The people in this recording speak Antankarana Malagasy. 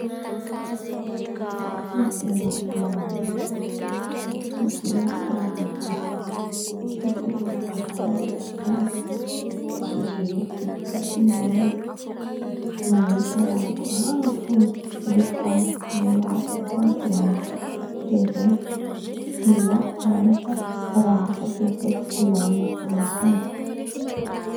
Zaho tsy mijery raha volan̈inolo, Zaho tsy mijery raha koran̈in'olo koa sirtoa raha koran̈any jiran̈y tsy jereko feky fôtiny irô io mahita raha koran̈any fo ndre tsara ndre ratsy ataonten̈a dikanizeny ialao koran̈a fa raha hafa feky volan̈ina koa misy e.